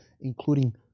including